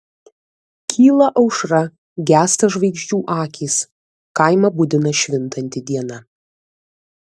kyla aušra gęsta žvaigždžių akys kaimą budina švintanti diena